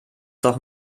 doch